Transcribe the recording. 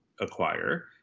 acquire